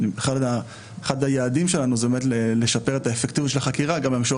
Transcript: אחד היעדים שלנו זה באמת לשפר את האפקטיביות של החקירה גם במישור